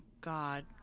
God